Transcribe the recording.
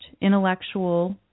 intellectual